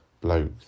bloke